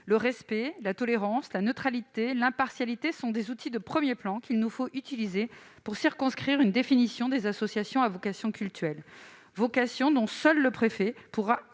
Le respect, la tolérance, la neutralité et l'impartialité sont des notions de premier plan qu'il nous faut utiliser pour élaborer une définition des associations à vocation cultuelle, vocation dont seul le préfet